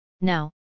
Now